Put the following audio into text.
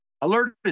alerted